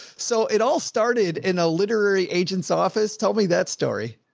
so it all started in a literary agent's office. tell me that story.